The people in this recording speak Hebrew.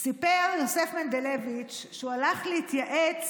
סיפר יוסף מנדלביץ' שהוא הלך להתייעץ